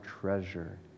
treasure